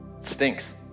stinks